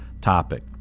topic